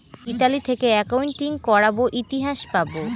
Italy থেকে accounting করাবো ইতিহাস পাবো